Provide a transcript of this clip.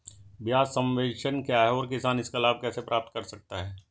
ब्याज सबवेंशन क्या है और किसान इसका लाभ कैसे प्राप्त कर सकता है?